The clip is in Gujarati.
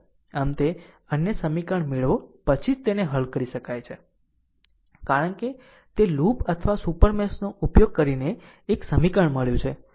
આમ તે અન્ય સમીકરણ મેળવો પછી જ તેને હલ કરી શકાય છે કારણ કે તે લૂપ અથવા સુપર મેશ નો ઉપયોગ કરીને એક સમીકરણ મળ્યું છે